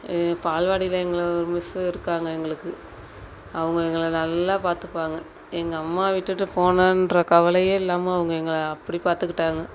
ஏ பால்வாடியில் எங்களை ஒரு மிஸ்ஸு இருக்காங்க எங்களுக்கு அவங்க எங்களை நல்லா பார்த்துப்பாங்க எங்கள் அம்மா விட்டுட்டு போனன்ற கவலையே இல்லாமல் அவங்க எங்களை அப்படி பார்த்துக்கிட்டாங்க